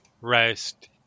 rest